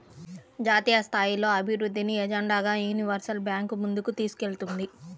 జాతీయస్థాయిలో అభివృద్ధిని ఎజెండాగా యూనివర్సల్ బ్యాంకు ముందుకు తీసుకెళ్తుంది